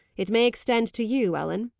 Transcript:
it may extend to you, ellen.